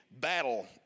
battle